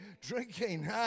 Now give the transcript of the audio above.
drinking